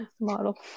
model